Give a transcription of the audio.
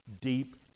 deep